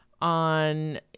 on